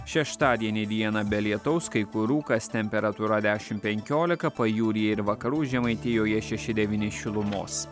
šeštadienį dieną be lietaus kai kur rūkas temperatūra dešim penkiolika pajūryje ir vakarų žemaitijoje šeši devyni šilumos